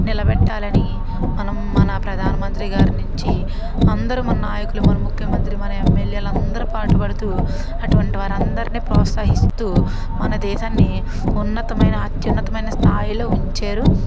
నిలబెట్టాలని మనం మన ప్రధానమంత్రి గారి నుంచి అందరు మన నాయకులు మన ముఖ్యమంత్రి మన ఎమ్మెల్యేల అందరి పాటుపడుతూ అటువంటి వారందరినీ ప్రోత్సహిస్తూ మన దేశాన్ని ఉన్నతమైన అత్యున్నతమైన స్థాయిలో ఉంచారు